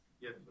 Yes